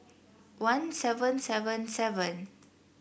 one seven seven seven